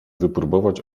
wypróbować